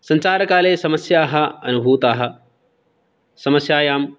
सञ्चारकाले समस्याः अनुभूताः समस्यायां